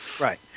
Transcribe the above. Right